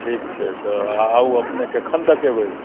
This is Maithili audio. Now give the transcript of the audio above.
ठीक छै तऽ आउ अपनेके कखन तक एबै